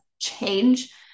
change